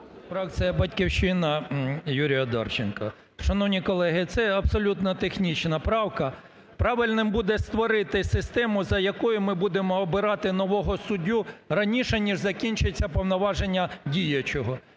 Фракція "Батьківщина", Юрій Одарченко. Шановні колеги, це абсолютно технічна правка. Правильним буде створити систему, за якою ми будемо обирати нового суддю раніше, ніж закінчаться повноваження діючого.